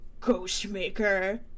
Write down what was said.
Ghostmaker